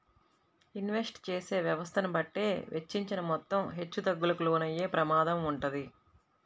invest చేసే వ్యవస్థను బట్టే వెచ్చించిన మొత్తం హెచ్చుతగ్గులకు లోనయ్యే ప్రమాదం వుంటది